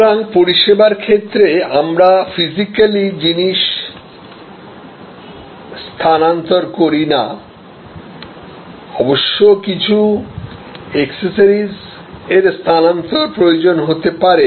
সুতরাং পরিষেবার ক্ষেত্রে আমরা ফিজিক্যালি জিনিস স্থানান্তর করি না অবশ্য কিছু এক্সেসরিজ এর স্থানান্তর প্রয়োজন হতে পারে